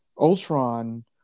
Ultron